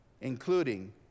including